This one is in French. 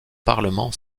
parlement